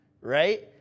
right